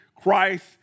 Christ